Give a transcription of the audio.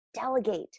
delegate